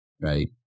right